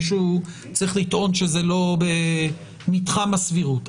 מישהו צריך לטעון שזה לא במתחם הסבירות.